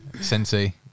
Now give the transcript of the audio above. Sensei